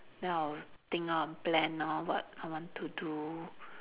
then I'll think on plan on what I want to do